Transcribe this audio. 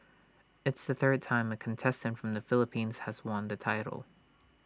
it's the third time A contestant from the Philippines has won the title